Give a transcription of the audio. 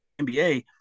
NBA